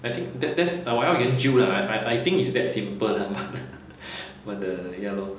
I think that that's ah 我要研究 lah I I think it's that simple lah but the ya lor